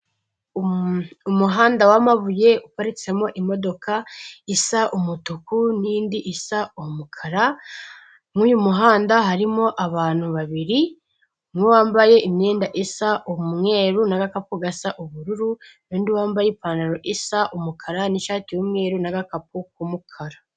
Umuhanda w'amabuye uparitsemo imodoka isa umutuku n'indi isa umukara, muri uyu muhanda harimo abantu babiri, umwe wambaye imyenda isa umweru n'agakapu gasa ubururu, n'undi wambaye ipantaro isa umukara n'ishati y'umweru n'agakapu k'umukara.